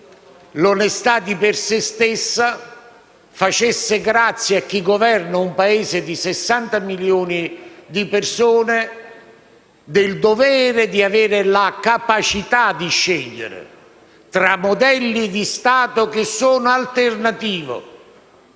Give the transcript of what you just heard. l'onestà, di per se stessa, facesse grazia a chi governa un Paese di 60 milioni di persone del dovere di avere la capacità di scegliere tra modelli di Stato che sono alternativi.